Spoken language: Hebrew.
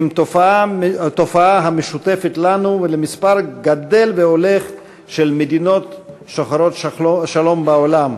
עם תופעה המשותפת לנו ולמספר גדל והולך של מדינות שוחרות שלום בעולם.